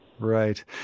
right